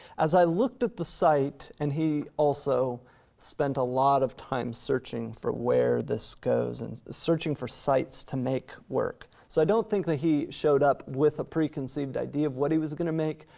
as i looked at the site, and he also spent a lot of time searching for where this goes and searching for sites to make work, so i don't think that he showed up with a preconceived idea of what he was gonna make,